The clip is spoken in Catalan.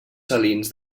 salins